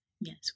Yes